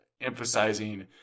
emphasizing